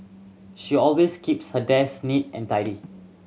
she always keeps her desk neat and tidy